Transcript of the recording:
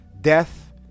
death